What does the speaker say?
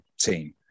team